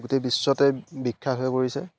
গোটেই বিশ্বতে বিখ্যাত হৈ পৰিছে